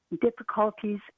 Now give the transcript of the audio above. difficulties